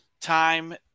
time